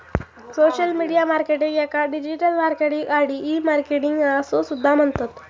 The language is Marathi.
सोशल मीडिया मार्केटिंग याका डिजिटल मार्केटिंग आणि ई मार्केटिंग असो सुद्धा म्हणतत